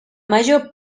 major